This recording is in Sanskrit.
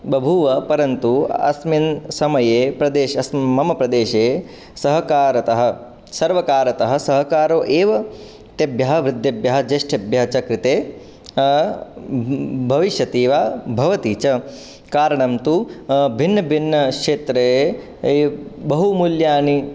बभूव परन्तु अस्मिन् समये मम प्रदेशे सहकारतः सर्वकारतः सहकारः एव तेभ्यः वृद्धेभ्यः ज्येष्ठेभ्यः च कृते भविष्यति वा भवति च कारणं तु भिन्नभिन्नक्षेत्रे बहुमूल्यानि